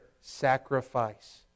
sacrifice